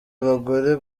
abagore